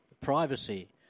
privacy